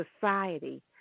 society